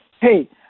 Hey